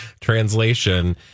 translation